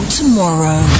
tomorrow